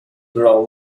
grow